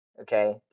okay